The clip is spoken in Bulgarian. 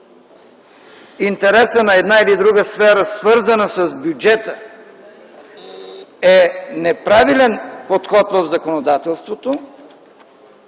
интереса на една или друга сфера, свързана с бюджета, е неправилен подход в законодателството,